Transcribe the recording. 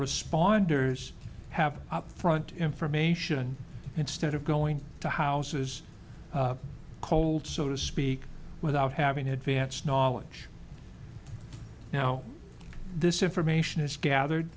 responders have upfront information instead of going to houses cold so to speak without having advance knowledge now this information is gathered